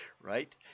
right